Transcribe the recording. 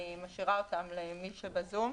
אני משאירה אותן למי שבזום.